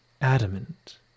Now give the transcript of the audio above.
adamant